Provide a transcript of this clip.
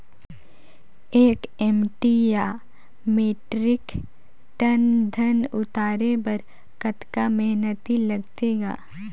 एक एम.टी या metric tonne धन उतारे बर कतका मेहनती लगथे ग?